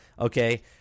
okay